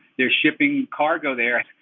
they're shipping cargo there.